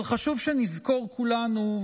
אבל חשוב שנזכור כולנו,